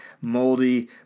moldy